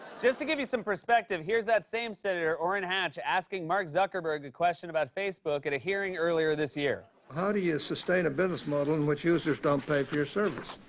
just to give you some perspective, here's that same senator, orrin hatch, asking mark zuckerberg a question about facebook at a hearing earlier this year. how do you sustain a business model in which users don't pay for your service?